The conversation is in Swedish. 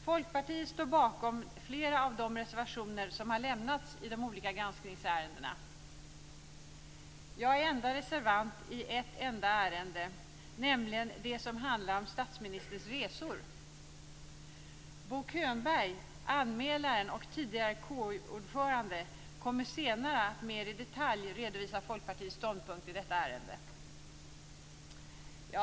Folkpartiet står bakom flera av de reservationer som har lämnats i de olika granskningsärendena. Jag är enda reservant i ett enda ärende, nämligen det som handlar om statsministerns resor. Bo Könberg, anmälaren och tidigare KU-ordförande, kommer senare att mer i detalj redovisa Folkpartiets ståndpunkt i detta ärende.